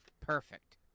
Perfect